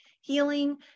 healing